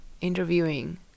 interviewing